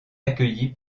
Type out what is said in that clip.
accueilli